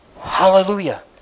Hallelujah